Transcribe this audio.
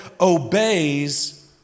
obeys